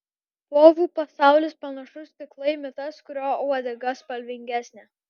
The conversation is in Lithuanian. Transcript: povų pasaulis panašus tik laimi tas kurio uodega spalvingesnė